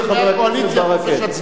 לחברי הקואליציה חופש הצבעה.